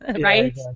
Right